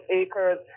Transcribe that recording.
acres